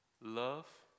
Love